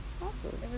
Awesome